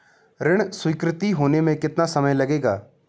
ऋण स्वीकृति होने में कितना समय लगेगा?